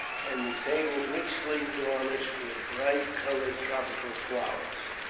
and the table richly garnished with bright-coloured tropical flowers.